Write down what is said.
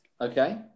okay